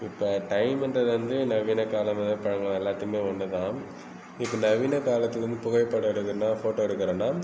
இப்போ டைம் இன்றது வந்து நவீனகாலம் எல்லாத்துக்குமே ஒன்று தான் இப்போ நவீன காலத்திலேருந்து புகைப்படம் எடுக்கிறனா போட்டோ எடுக்கிறனா